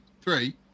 Three